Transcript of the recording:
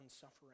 suffering